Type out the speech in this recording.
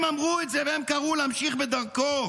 הם אמרו את זה, והם קראו להמשיך בדרכו.